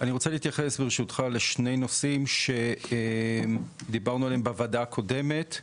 אני רוצה להתייחס ברשותך לשני נושאים שדיברנו עליהם בוועדה הקודמת.